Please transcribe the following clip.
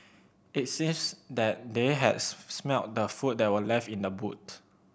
it seems that they had smelt the food that were left in the boot